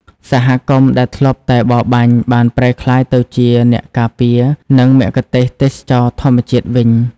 សហគមន៍ដែលធ្លាប់តែបរបាញ់ បានប្រែក្លាយទៅជាអ្នកការពារ និងមគ្គុទ្ទេសក៍ទេសចរណ៍ធម្មជាតិវិញ។